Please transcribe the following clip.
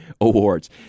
Awards